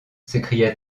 s’écria